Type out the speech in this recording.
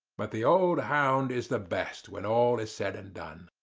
but the old hound is the best, when all is said and done.